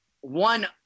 one